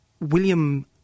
William